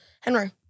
Henry